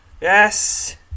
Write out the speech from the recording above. Yes